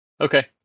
Okay